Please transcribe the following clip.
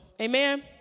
Amen